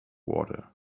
water